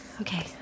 Okay